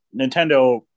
Nintendo